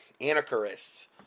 anarchists